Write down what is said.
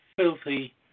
filthy